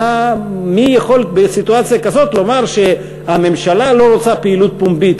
מי יכול בסיטואציה כזאת לומר שהממשלה לא עושה פעילות פומבית?